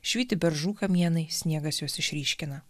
švyti beržų kamienai sniegas juos išryškina